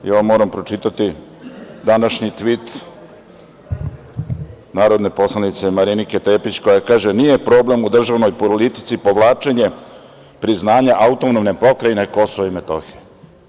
Ja moram pročitati današnji tvit narodne poslanice Marinike Tepić, koja kaže - nije problem u državnoj politici povlačenje priznanja AP Kosova i Metohije.